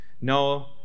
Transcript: No